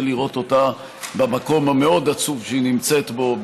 לראות אותה במקום המאוד-עצוב שהיא נמצאת בו,